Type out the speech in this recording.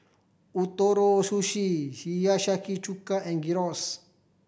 Ootoro Sushi Hiyashi Chuka and Gyros